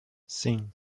sim